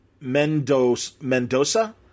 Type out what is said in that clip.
Mendoza